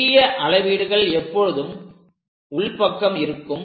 சிறிய அளவீடுகள் எப்போதும் உள்பக்கம் இருக்கும்